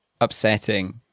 upsetting